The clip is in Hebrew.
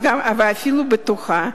ואפילו בטוחה,